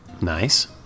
Nice